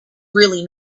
really